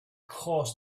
caused